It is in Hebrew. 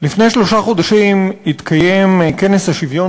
לפני שלושה חודשים התקיים בשפרעם כנס השוויון